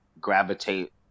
gravitate